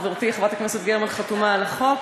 חברתי חברת הכנסת גרמן חתומה על החוק.